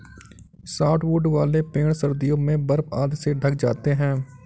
softwood वाले पेड़ सर्दियों में बर्फ आदि से ढँक जाते हैं